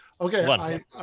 Okay